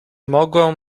mogłem